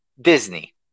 Disney